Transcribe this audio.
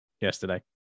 yesterday